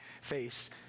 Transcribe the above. face